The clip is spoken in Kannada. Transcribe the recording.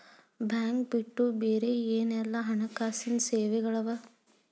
ಬ್ಯಾಂಕ್ ಬಿಟ್ಟು ಬ್ಯಾರೆ ಏನೆಲ್ಲಾ ಹಣ್ಕಾಸಿನ್ ಸೆವೆಗಳವ?